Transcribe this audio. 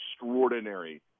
extraordinary